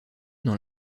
dans